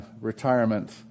retirement